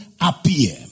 appear